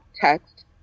text